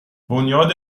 بنیاد